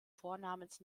vornamens